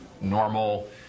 normal